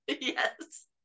Yes